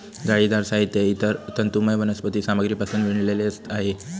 जाळीदार साहित्य हे इतर तंतुमय वनस्पती सामग्रीपासून विणलेले आहे